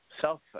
self